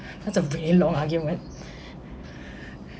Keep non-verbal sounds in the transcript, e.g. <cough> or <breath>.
that's a very long argument <breath>